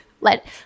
let